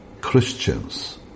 Christians